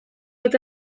eta